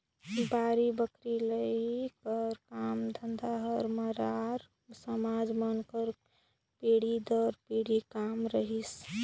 बाड़ी बखरी लगई कर काम धंधा हर मरार समाज मन कर पीढ़ी दर पीढ़ी काम रहिस